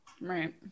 Right